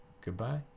goodbye